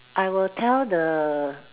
I will tell the